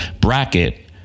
bracket